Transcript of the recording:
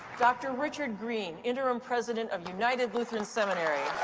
dr. richard green, interim president of united lutheran seminary.